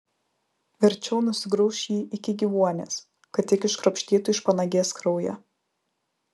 verčiau nusigrauš jį iki gyvuonies kad tik iškrapštytų iš panagės kraują